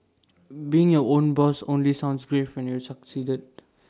being your own boss only sounds great when you've succeeded